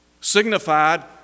signified